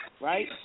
right